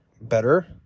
better